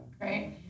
right